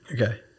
Okay